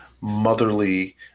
motherly